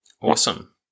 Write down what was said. Awesome